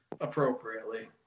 appropriately